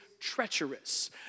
treacherous